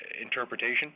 interpretation